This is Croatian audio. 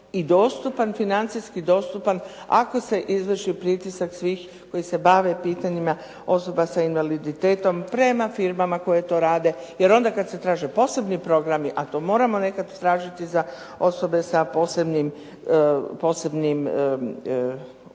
i dostupan financijski, dostupan ako se izvrši pritisak svih koji se bave pitanjima osoba s invaliditetom prema firmama koje to rade. Jer onda kad se traže posebni programi, a to moramo nekad tražiti za osobe sa posebnim određenim